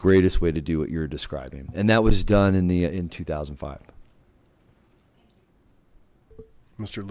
greatest way to do what you're describing and that was done in the in two thousand and five m